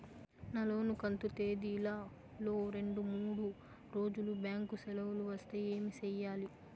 నా లోను కంతు తేదీల లో రెండు మూడు రోజులు బ్యాంకు సెలవులు వస్తే ఏమి సెయ్యాలి?